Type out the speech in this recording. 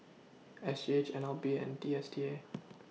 S G H N L B and D S T A